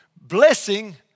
blessing